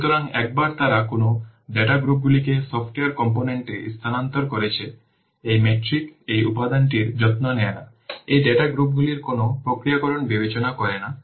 সুতরাং একবার তারা কোন ডাটা গ্রুপগুলিকে সফটওয়্যার কম্পোনেন্টে স্থানান্তরিত করেছে এই মেট্রিক এই উপাদানটির যত্ন নেয় না এই ডেটা গ্রুপগুলির কোন প্রক্রিয়াকরণ বিবেচনা করে না